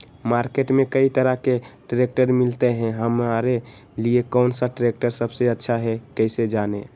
Market में कई तरह के ट्रैक्टर मिलते हैं हमारे लिए कौन सा ट्रैक्टर सबसे अच्छा है कैसे जाने?